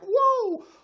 whoa